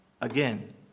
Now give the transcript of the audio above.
Again